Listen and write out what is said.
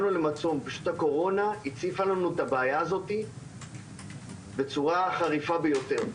הקורונה הציפה לנו את הבעיה הזאת בצורה חריפה ביותר.